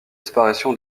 disparition